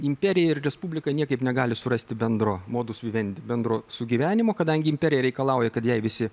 imperija ir respublika niekaip negali surasti bendro modus vivendi bendro sugyvenimo kadangi imperija reikalauja kad jai visi